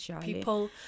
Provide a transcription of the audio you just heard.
people